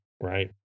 right